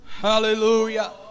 Hallelujah